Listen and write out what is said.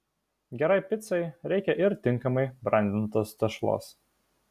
gerai picai reikia ir tinkamai brandintos tešlos